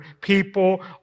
people